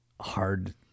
Hard